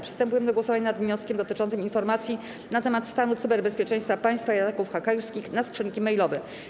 Przystępujemy do głosowania nad wnioskiem dotyczącym informacji na temat stanu cyberbezpieczeństwa państwa i ataków hakerskich na skrzynki mailowe.